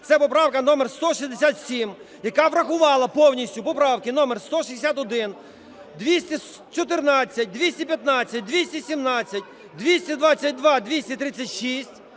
це поправка номер 167, яка врахувала повністю поправки номер: 161, 214, 215, 217, 222, 236